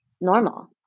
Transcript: normal